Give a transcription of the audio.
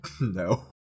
No